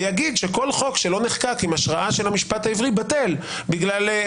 ויגיד שכל חוק שלא נחקק עם השראה של המשפט העברי בטל כי